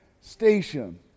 station